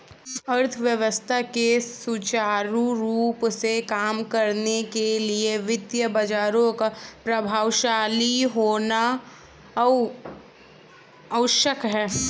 अर्थव्यवस्था के सुचारू रूप से काम करने के लिए वित्तीय बाजारों का प्रभावशाली होना आवश्यक है